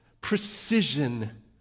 precision